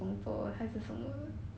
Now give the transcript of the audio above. mm